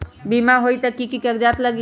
बिमा होई त कि की कागज़ात लगी?